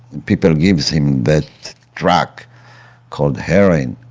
people gives him that drug called herion,